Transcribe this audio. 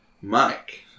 Mike